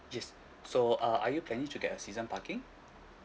yes so uh are you planning to get a season parking